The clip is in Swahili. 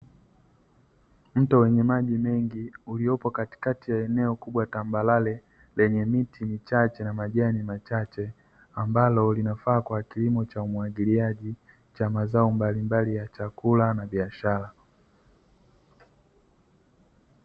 Mto wenye maji mengi ulioko katikati ya eneo kubwa tambarare lenye miti michache na majani machache, ambalo linafaa kwa kilimo cha umwagiliaji cha mazao mbalimbali ya chakula na biashara.